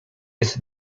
jest